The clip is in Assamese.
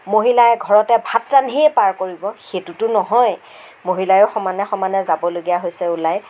মহিলাই ঘৰতে ভাত ৰান্ধিয়েই পাৰ কৰিব সেইটোতো নহয় মহিলায়ো সমানে সমানে যাবলগীয়া হৈছে ওলায়